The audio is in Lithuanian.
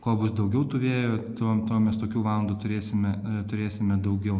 kuo bus daugiau tų vėjų tuo tuo mes tokių valandų turėsime turėsime daugiau